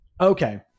okay